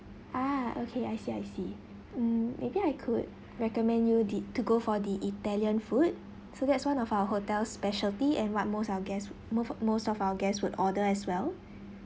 ah okay I see I see mm maybe I could recommend you did to go for the italian food so that's one of our hotel specialty and what most our guests move most of our guests would order as well